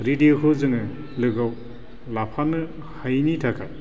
रेदिय'खौ जोङो लोगोआव लाफानो हायिनि थाखाय